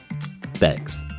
Thanks